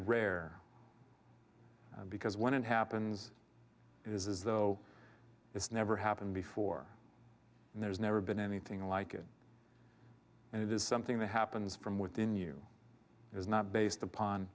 rare because when it happens it is though it's never happened before and there's never been anything like it and it is something that happens from within you is not based upon